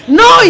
no